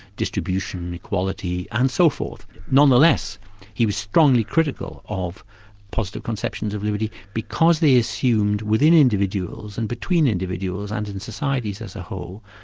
distribution, equality and so forth. nonetheless he was strongly critical of positive conceptions of liberty because they assumed within individuals and between individuals and in societies as a whole,